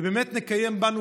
ובאמת נקיים בנו,